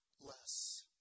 less